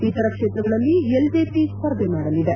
ಇತರ ಕ್ಷೇತ್ರಗಳಲ್ಲಿ L JP ಸ್ವರ್ಧೆ ಮಾಡಲಿದೆ